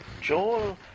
Joel